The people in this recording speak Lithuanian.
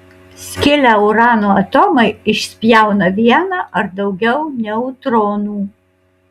skilę urano atomai išspjauna vieną ar daugiau neutronų